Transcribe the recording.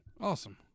Awesome